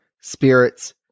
spirits